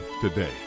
today